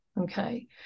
okay